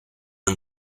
and